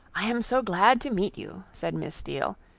i am so glad to meet you said miss steele,